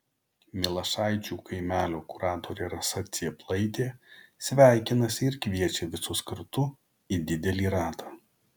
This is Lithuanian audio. milašaičių kaimelio kuratorė rasa cėplaitė sveikinasi ir kviečia visus kartu į didelį ratą